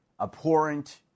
abhorrent